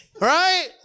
Right